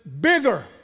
bigger